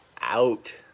out